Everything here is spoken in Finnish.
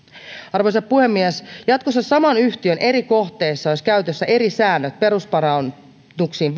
arvoisa puhemies jatkossa saman yhtiön eri kohteissa olisi käytössä eri säännöt perusparannuksiin